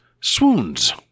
swoons